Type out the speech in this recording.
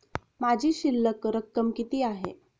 माझी शिल्लक रक्कम किती आहे?